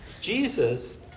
Jesus